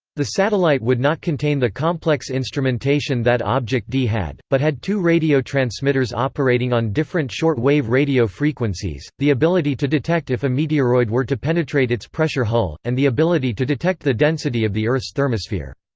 the satellite would not contain the complex instrumentation that object d had, but had two radio transmitters operating on different short wave radio frequencies, the ability to detect if a meteoroid were to penetrate its pressure hull, and the ability to detect the density of the earth's thermosphere.